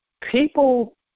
people